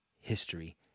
history